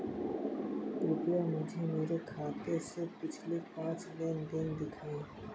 कृपया मुझे मेरे खाते से पिछले पाँच लेन देन दिखाएं